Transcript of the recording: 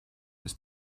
ist